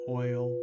oil